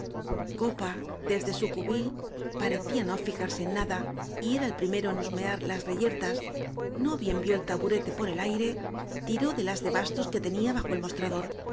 que desde su cubil parecía no fijarse en nada y era el primero en husmear las reyer tas no bien vió el taburete por el aire tiró del as de bastos que tenía bajo el mostrador